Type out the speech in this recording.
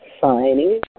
signing